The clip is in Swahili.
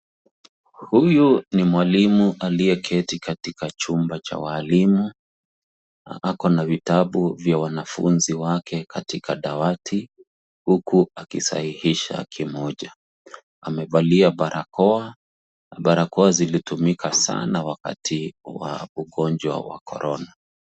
Huyu ni mwalimu aliyeketi katika chumba cha walimu akona vitabu vya wanafunzi wake katika dawati huku akisahihisha kimoja amevalia barakoa na barakoa zilitumika sana wakati wa ugonjwa wa Corona.